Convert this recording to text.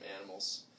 animals